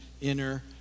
inner